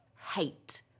hate